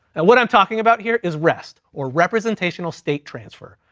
and what i'm talking about here is rest, or representational state transfer.